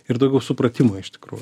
ir daugiau supratimo iš tikrųjų